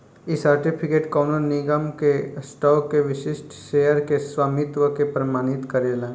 इ सर्टिफिकेट कवनो निगम के स्टॉक के विशिष्ट शेयर के स्वामित्व के प्रमाणित करेला